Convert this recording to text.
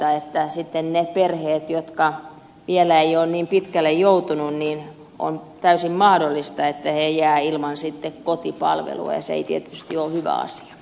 on täysin mahdollista että ne perheet jotka eivät ole vielä niin pitkällä jouten oloni on täysin pitkälle joutuneet jäävät ilman kotipalvelua ja se ei tietysti ole hyvä asia